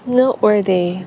noteworthy